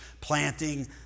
planting